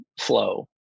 flow